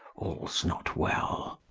all's not well